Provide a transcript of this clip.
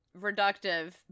reductive